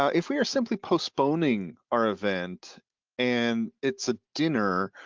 um if we are simply postponing our event and it's a dinner